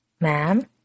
Ma'am